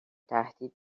تهدید